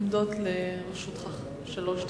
עומדות לרשותך שלוש דקות.